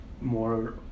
more